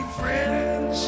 friends